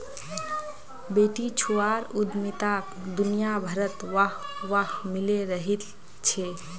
बेटीछुआर उद्यमिताक दुनियाभरत वाह वाह मिले रहिल छे